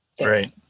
right